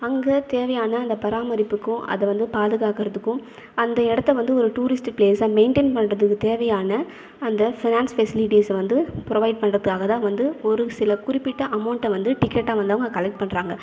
அங்கே தேவையான அந்த பராமரிப்புக்கும் அதை வந்து பாதுகாக்கிறதுக்கும் அந்த இடத்த வந்து ஒரு டூரிஸ்ட் ப்ளேஸாக மெயின்டயின் பண்ணுறதுக்கு தேவையான அந்த ஃபினான்ஸ் ஃபெசிலிட்டிஸை ப்ரொவைட் பண்ணுறதுக்காக தான் ஒரு சில குறிப்பிட்ட அமௌன்ட்டை வந்து டிக்கெட்டாக வந்து அவங்க கலெக்ட் பண்ணுறாங்க